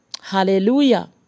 Hallelujah